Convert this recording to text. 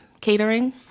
catering